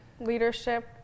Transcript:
leadership